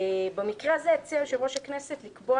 במקרה הזה הציע יושב-ראש הכנסת לקבוע,